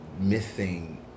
missing